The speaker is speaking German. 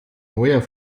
neuer